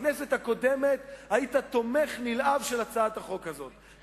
בכנסת הקודמת היית תומך נלהב של הצעת החוק הזאת,